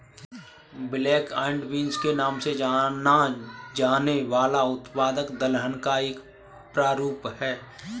black eyed beans के नाम से जाना जाने वाला उत्पाद दलहन का एक प्रारूप है